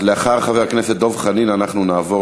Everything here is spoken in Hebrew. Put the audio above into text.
אז לאחר חבר הכנסת דב חנין אנחנו נעבור